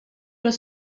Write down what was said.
però